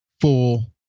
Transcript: full